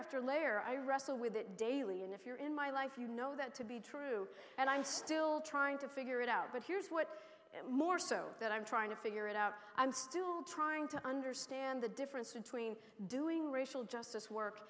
after layer i wrestle with it daily and if you're in my life you know that to be true and i'm still trying to figure it out but here's what more so that i'm trying to figure it out i'm still trying to understand the difference between doing racial justice work